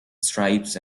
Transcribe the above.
stripes